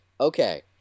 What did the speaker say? Okay